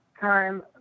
time